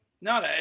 No